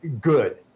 good